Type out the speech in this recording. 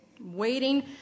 waiting